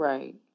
Right